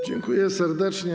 Dziękuję serdecznie.